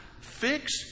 Fix